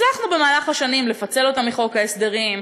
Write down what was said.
הצלחנו במהלך השנים לפצל אותם מחוק ההסדרים,